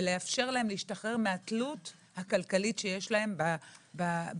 ולאפשר להן להשתחרר מהתלות הכלכלית שיש להן בפוגע.